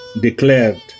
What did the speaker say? declared